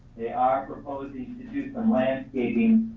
they are proposing to do some landscaping,